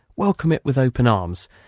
welcome it with open arms,